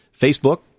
Facebook